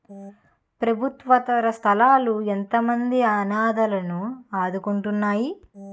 ప్రభుత్వేతర సంస్థలు ఎంతోమంది అనాధలను ఆదుకుంటున్నాయి